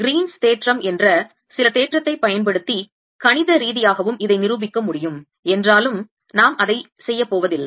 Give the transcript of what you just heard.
Green's தேற்றம் என்ற சில தேற்றத்தைப் பயன்படுத்தி கணிதரீதியாகவும் இதை நிரூபிக்க முடியும் என்றாலும் நாம் அதைச் செய்யப் போவதில்லை